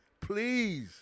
please